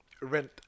rent